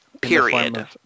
Period